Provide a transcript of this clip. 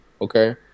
okay